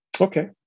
Okay